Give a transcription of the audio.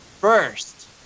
first